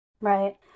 Right